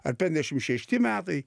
ar penkiasdešim šešti metai